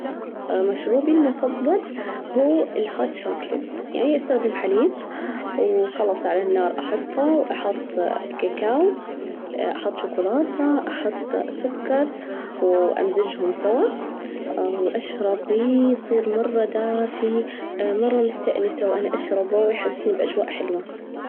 مشروبي المفضل هو الهوت شوكليت، يعني أستخدم حليب وخلاص على النار أحطه وأحط كاكاو، أحط شوكولاتة، أحط سكر وأمزجهم سوا، وأشرب يصير مرة دافي مرة مستأنسة وأنا أشربه ويحسسني بأجواء حلوة.